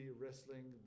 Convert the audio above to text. wrestling